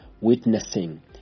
witnessing